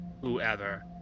whoever